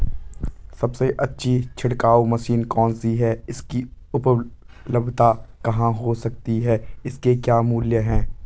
सबसे अच्छी छिड़काव मशीन कौन सी है इसकी उपलधता कहाँ हो सकती है इसके क्या मूल्य हैं?